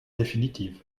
définitive